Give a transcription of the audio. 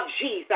Jesus